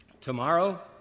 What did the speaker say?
Tomorrow